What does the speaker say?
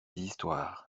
histoires